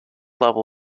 level